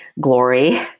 glory